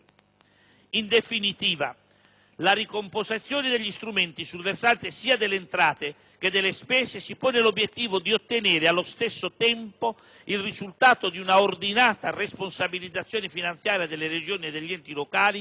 In definitiva, la ricomposizione degli strumenti sul versante sia delle entrate che delle spese si pone l'obiettivo di ottenere, allo stesso tempo, il risultato di un'ordinata responsabilizzazione finanziaria delle Regioni e degli enti locali,